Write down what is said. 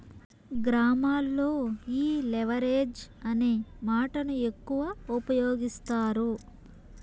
గ్రామాల్లో ఈ లెవరేజ్ అనే మాటను ఎక్కువ ఉపయోగిస్తారు